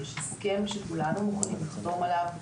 יש הסכם שכולנו מוכנים לחתום עליו,